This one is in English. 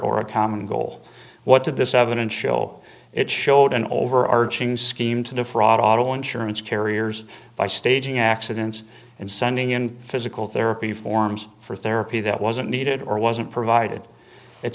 or a common goal what did this evidence show it showed an overarching scheme to defraud auto insurance carriers by staging accidents and sending in physical therapy forms for therapy that wasn't needed or wasn't provided it